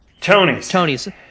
Tonys